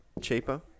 cheaper